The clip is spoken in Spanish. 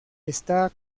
está